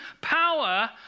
power